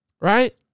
right